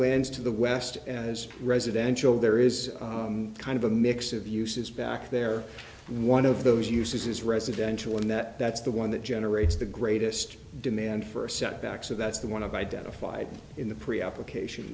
lands to the west as residential there is kind of a mix of uses back there one of those uses is residential and that that's the one that generates the greatest demand for a setback so that's the one of identified in the pre application